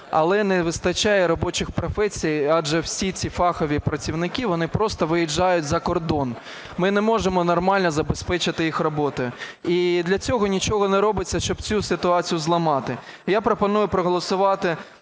але не вистачає робочих професій, адже всі ці фахові працівники вони просто виїжджають за кордон. Ми не можемо нормально забезпечити їх роботою. І для цього нічого не робиться, щоб цю ситуацію зламати. Я пропоную проголосувати